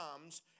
times